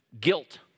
guilt